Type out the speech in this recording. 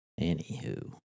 Anywho